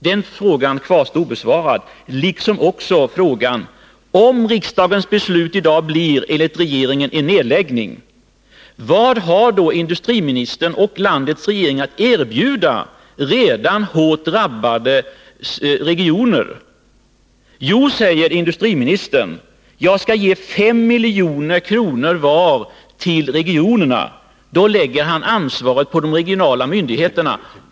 Den frågan kvarstår obesvarad, liksom också frågan: Om riksdagens beslut i dag blir, som regeringen vill, ett beslut om nedläggning, vad har då industriministern och landets regering att erbjuda redan hårt drabbade regioner? Jo, säger industriministern, jag skall ge 5 milj.kr. till vardera regionen. Då lägger han ansvaret på de regionala myndigheterna.